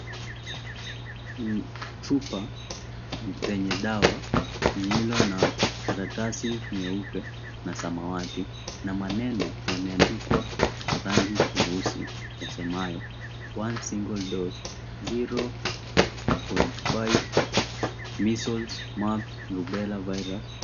Ni chupa zenye dawa ilio na karatasi nyeupe na samawati na maneno yameandikwa kwa rangi nyeusi yasemayo, One Single Dose 0.5 Measles, Mumps, Rubela Virus.